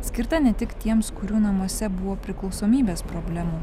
skirta ne tik tiems kurių namuose buvo priklausomybės problemų